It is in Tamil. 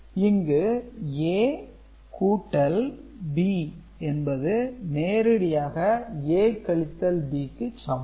எனவே இங்கு A கூட்டல் B என்பது நேரடியாக A கழித்தல் B க்கு சமம்